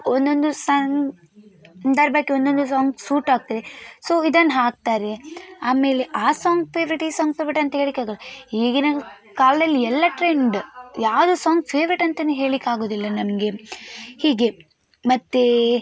ಒಂದೊಂದು ಸಂ ದರ್ಭಕ್ಕೆ ಒಂದೊಂದು ಸಾಂಗ್ ಸೂಟ್ ಆಗ್ತದೆ ಸೋ ಇದನ್ನ ಹಾಕ್ತಾರೆ ಆಮೇಲೆ ಆ ಸಾಂಗ್ ಫೆವರಿಟ್ ಈ ಸಾಂಗ್ ಫೆವರಿಟ್ ಅಂತ ಹೇಳಲಿಕ್ಕಾಗೋಲ್ಲ ಈಗಿನ ಕಾಲದಲ್ಲಿ ಎಲ್ಲ ಟ್ರೆಂಡ್ ಯಾವುದು ಸಾಂಗ್ ಫೆವರೆಟ್ ಅಂತಲೇ ಹೇಳಲಿಕ್ಕಾಗೋದಿಲ್ಲ ನಮಗೆ ಹೀಗೆ ಮತ್ತೆ